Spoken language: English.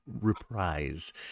reprise